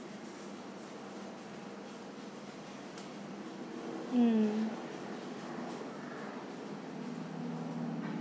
mm